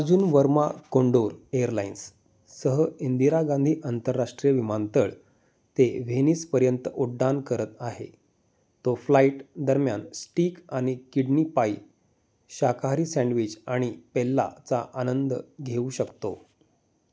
Arjun Varma Condor एअरलाइन्ससह इंदिरा गांधी आंतरराष्ट्रीय विमानतळ ते व्हेनीसपर्यंत उड्डान करत आहे तो फ्लाईट दरम्यान स्टीक आणि किडनी पाय शाकाहारी सँडविच आणि पेल्लाचा आनंद घेऊ शकतो